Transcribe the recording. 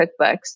cookbooks